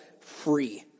free